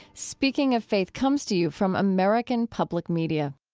speaking of faith comes to you from american public media